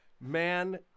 man